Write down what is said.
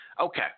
Okay